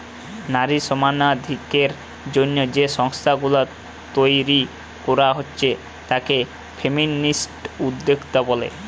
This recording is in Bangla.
নারী সমানাধিকারের জন্যে যেই সংস্থা গুলা তইরি কোরা হচ্ছে তাকে ফেমিনিস্ট উদ্যোক্তা বলে